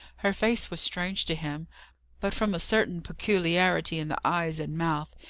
her face was strange to him but from a certain peculiarity in the eyes and mouth,